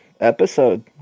episode